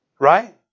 Right